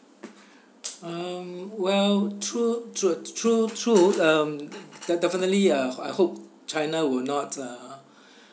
um well true to uh true true um de~ definitely uh I hope china will not uh